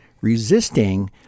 resisting